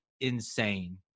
insane